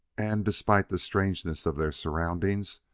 and, despite the strangeness of their surroundings,